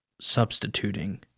substituting